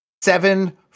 seven